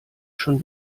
schon